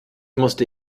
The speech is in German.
musste